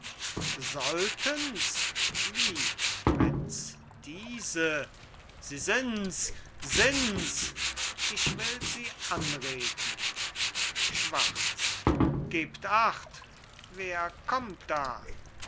solltens wie wenn's diese sie sind's sind's ich will sie anreden schwarz gebt acht wer kommt da